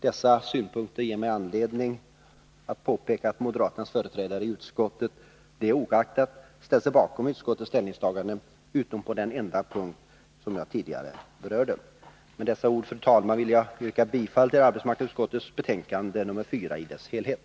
Dessa synpunkter ger mig anledning påpeka att moderaternas företrädare i utskottet det oaktat ställt sig bakom utskottets ställningstaganden utom på den enda punkt som jag tidigare berörde. Med dessa ord ber jag, fru talman, att få yrka bifall till arbetsmarknadsutskottets hemställan i dess helhet i betänkande nr 4.